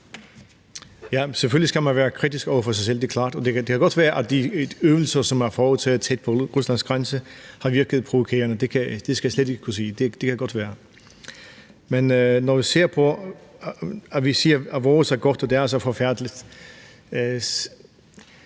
Selvfølgelig skal man være kritisk over for sig selv. Det er klart. Det kan godt være, at de øvelser, som er foretaget tæt på Ruslands grænse, har virket provokerende. Det skal jeg slet ikke kunne sige, men det kan godt være. Men når vi ser på det med, at vi siger, at vores er godt og deres er forfærdeligt,